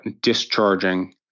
discharging